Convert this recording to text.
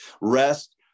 rest